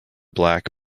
black